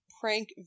prank